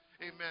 amen